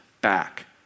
back